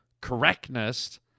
correctness